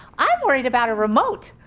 i'm worried about a remote,